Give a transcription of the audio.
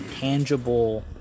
tangible